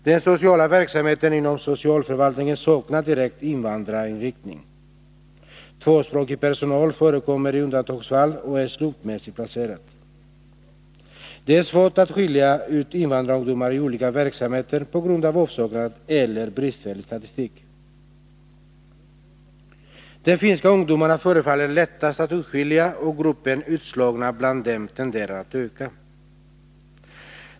Den sociala verksamheten inom socialförvaltningen saknar direkt invandrarinriktning. Tvåspråkig personal förekommer i undantagsfall och är slumpmässigt placerad. Det är svårt att skilja ut invandrarungdomar i olika verksamheter på grund av avsaknad av eller bristfällig statistik. De finska ungdomarna förefaller lättast att urskilja och gruppen utslagna bland dem tenderar att öka.